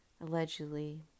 allegedly